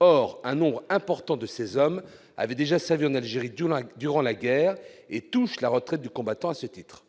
Or un nombre important de ces hommes avait déjà servi en Algérie durant la guerre et touche la retraite du combattant à ce titre.